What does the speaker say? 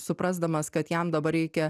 suprasdamas kad jam dabar reikia